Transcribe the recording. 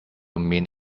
mint